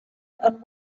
and